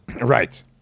Right